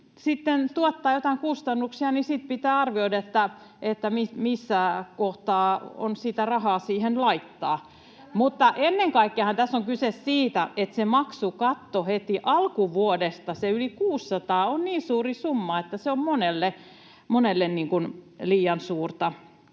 tuottaa joitain kustannuksia, sitten pitää arvioida, missä kohtaa on sitä rahaa siihen laittaa. Mutta ennen kaikkeahan tässä on kyse siitä, että se maksukatto heti alkuvuodesta, se yli 600, on niin suuri summa, että se on monelle liian suuri.